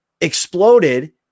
exploded